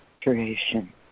creation